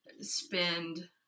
spend